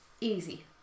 Easy